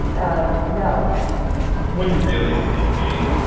ah no what do you really believe, cate?